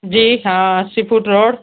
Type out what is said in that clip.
जी Jhansipur road